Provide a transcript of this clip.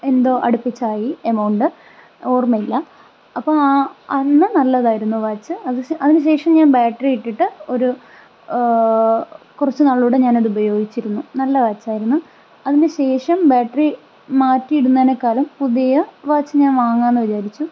എന്തോ അടുപ്പിച്ചായി എമൗണ്ട് ഓർമയില്ല അപ്പോൾ അന്ന് നല്ലതായിരുന്നു വാച്ച് അത് അതിന് ശേഷം ഞാൻ ബാറ്ററി ഇട്ടിട്ട് ഒരു കുറച്ച് നാൾ കൂടെ ഞാൻ ഉപയോഗിച്ചിരുന്നു നല്ല വാച്ച് ആയിരുന്നു അതിന് ശേഷം ബാറ്ററി മാറ്റിയിടുന്നതിനേക്കാളും പുതിയ വാച്ച് ഞാൻ വാങ്ങാമെന്ന് വിചാരിച്ചു